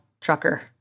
trucker